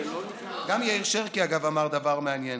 גם יאיר שרקי, אגב, אמר דבר מעניין.